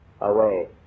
away